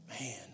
Man